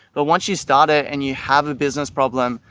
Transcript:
but once you start it and you have a business problem,